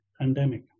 pandemic